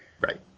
Right